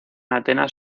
atenas